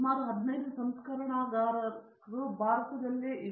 ಸುಮಾರು 15 ಸಂಸ್ಕರಣಾಗಾರಗಳು ಇವೆಲ್ಲವೂ ಇವೆ